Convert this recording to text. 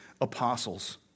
apostles